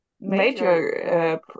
major